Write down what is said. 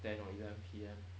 ten or eleven P_M